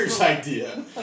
idea